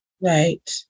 right